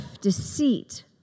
deceit